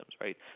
right